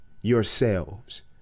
yourselves